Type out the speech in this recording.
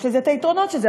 יש לזה את היתרונות של זה,